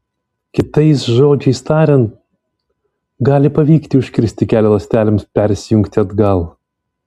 kitais žodžiais tariant gali pavykti užkirsti kelią ląstelėms persijungti atgal